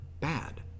bad